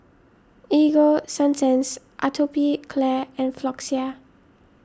Ego Sunsense Atopiclair and Floxia